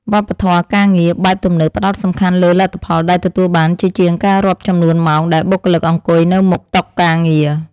វប្បធម៌ការងារបែបទំនើបផ្ដោតសំខាន់លើលទ្ធផលដែលទទួលបានជាជាងការរាប់ចំនួនម៉ោងដែលបុគ្គលិកអង្គុយនៅមុខតុការងារ។